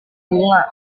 bunga